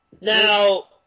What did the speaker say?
Now